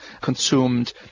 consumed